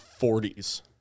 40s